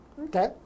Okay